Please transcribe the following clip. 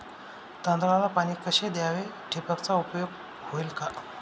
तांदळाला पाणी कसे द्यावे? ठिबकचा उपयोग होईल का?